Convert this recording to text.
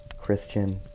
Christian